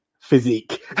physique